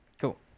cool